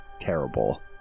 terrible